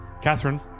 Catherine